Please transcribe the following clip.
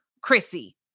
Chrissy